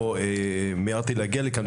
אבל מיהרתי להגיע לכאן,